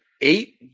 eight